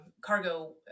cargo